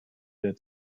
der